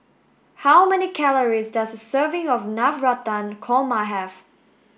how many calories does serving of Navratan Korma have